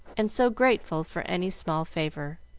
and so grateful for any small favor.